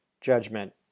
judgment